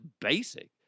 basic